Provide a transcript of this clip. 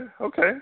okay